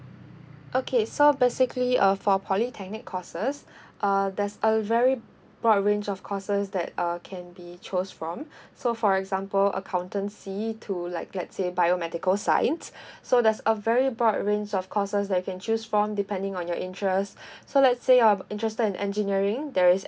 okay so basically uh for polytechnic courses err there's a very broad range of courses that uh can be chose from so for example accountancy to like let's say biomedical science so there's a very broad range of courses that you can choose from depending on your interest so let's say you're interested in engineering there is